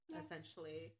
essentially